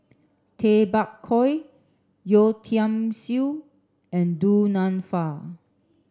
Tay Bak Koi Yeo Tiam Siew and Du Nanfa